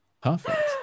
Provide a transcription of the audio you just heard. Perfect